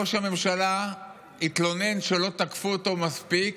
ראש הממשלה התלונן שלא תקפו אותו מספיק